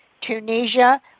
Tunisia